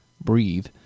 Breathe